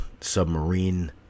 submarine